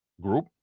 group